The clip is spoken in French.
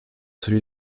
celui